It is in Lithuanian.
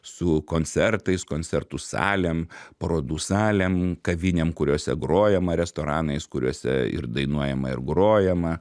su koncertais koncertų salėm parodų salėm kavinėm kuriose grojama restoranais kuriuose ir dainuojama ir grojama